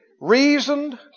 Reasoned